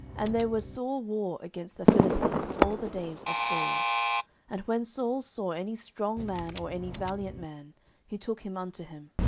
and there was sore war against the philistines all the days of saul and when saul saw any strong man, or any valiant man, he took him unto him.